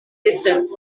distance